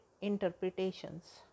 interpretations